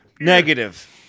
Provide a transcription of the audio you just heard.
Negative